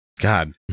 God